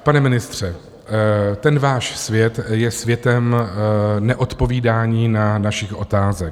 Pane ministře, ten váš svět je světem neodpovídání na naše otázky.